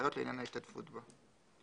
והנחיות לעניין ההשתתפות בה.